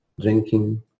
drinking